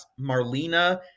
Marlena